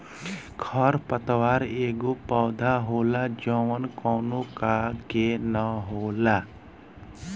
खर पतवार एगो पौधा होला जवन कौनो का के न हो खेला